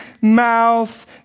mouth